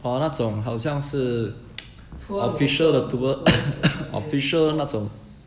oh 那种 好像是 official 的 tour official 那种